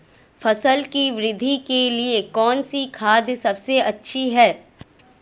फसल की वृद्धि के लिए कौनसी खाद सबसे अच्छी है?